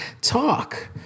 talk